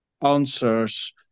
answers